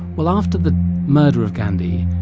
well, after the murder of gandhi,